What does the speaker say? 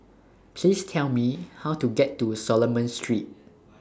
Please Tell Me How to get to Solomon Street